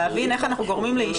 להבין איך אנחנו גורמים לאישה,